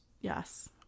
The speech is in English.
Yes